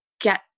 get